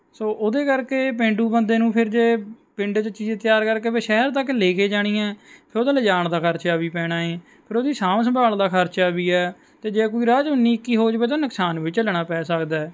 ਸੋ ਉਹਦੇ ਕਰਕੇ ਪੇਂਡੂ ਬੰਦੇ ਨੂੰ ਫਿਰ ਜੇ ਪਿੰਡ 'ਚ ਚੀਜ਼ ਤਿਆਰ ਕਰਕੇ ਫਿਰ ਸ਼ਹਿਰ ਤੱਕ ਲੈ ਕੇ ਜਾਣੀ ਹੈ ਫਿਰ ਉਹਦਾ ਲਿਜਾਣ ਦਾ ਖਰਚਾ ਵੀ ਪੈਣਾ ਏ ਫਿਰ ਉਹਦੀ ਸਾਂਭ ਸੰਭਾਲ ਦਾ ਖਰਚਾ ਵੀ ਹੈ ਅਤੇ ਜੇ ਕੋਈ ਰਾਹ 'ਚ ਉੱਨੀ ਇੱਕੀ ਹੋ ਜਾਵੇ ਤਾਂ ਨੁਕਸਾਨ ਵੀ ਝੱਲਣਾ ਪੈ ਸਕਦਾ